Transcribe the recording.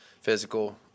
Physical